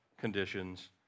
conditions